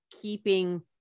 keeping